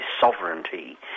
sovereignty